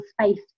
space